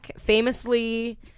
famously